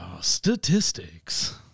Statistics